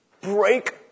break